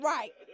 Right